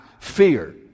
fear